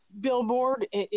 Billboard